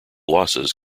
losses